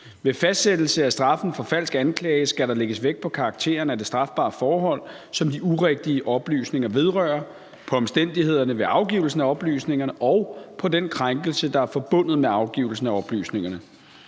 Ved fastsættelse af straffen for falsk anklage skal der lægges vægt på karakteren af det strafbare forhold, som de urigtige oplysninger vedrører, på omstændighederne ved afgivelsen af oplysningerne og på den krænkelse, der er forbundet med afgivelse af oplysningerne.